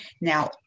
Now